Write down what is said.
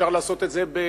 אפשר לעשות את זה במכתבים,